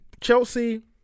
Chelsea